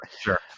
sure